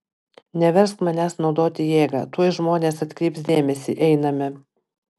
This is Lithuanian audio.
neversk manęs naudoti jėgą tuoj žmonės atkreips dėmesį einame